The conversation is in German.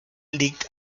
liegt